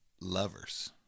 lovers